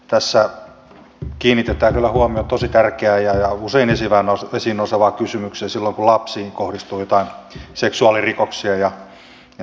tässä kiinnitetään kyllä huomiota tosi tärkeään ja usein esiin nousevaan kysymykseen silloin kun lapsiin kohdistuu joitain seksuaalirikoksia